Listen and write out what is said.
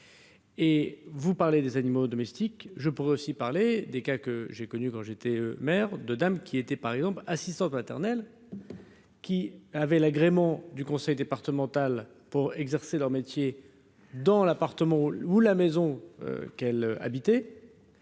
Et vous parlez des animaux domestiques, je pourrais aussi parler des cas que j'ai connu quand j'étais maire de dame qui était par exemple l'assistante maternelle qui avait l'agrément du conseil départemental pour exercer leur métier dans l'appartement ou la maison elle et